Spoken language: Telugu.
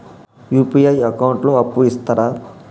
యూ.పీ.ఐ అకౌంట్ లో అప్పు ఇస్తరా?